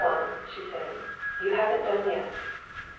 go on, she said you haven't done yet.